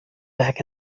back